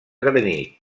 granit